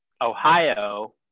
Ohio